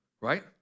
right